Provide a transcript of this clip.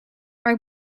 maar